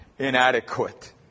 inadequate